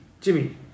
Jimmy